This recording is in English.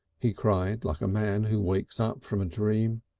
he cried like a man who wakes up from a dream.